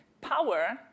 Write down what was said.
power